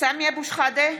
(קוראת בשמות חברי הכנסת) סמי אבו שחאדה,